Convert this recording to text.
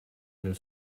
nel